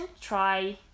try